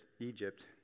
Egypt